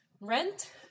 rent